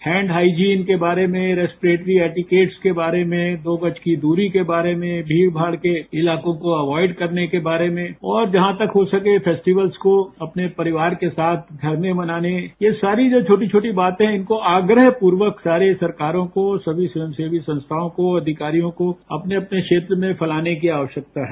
hand hygiene के बारे में रेस्प्रेट्री एडिकेट्स के बारे में दो गज की दूरी के बारे में भीड़भाड़ के इलाकों को अवाइड करने के बारे में और जहां तक हो सकें फेस्टिवल्स को अपने परिवार के साथ घर में मनाने ये सारी जो छोटी छोटी बातें हैं उनको आग्रह पूर्वक सारे सरकारों को सभी स्वयंसेवी सस्थाओं को अधिकारियों को अपने अपने क्षेत्र में फैलाने की आवश्यकता है